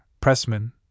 pressman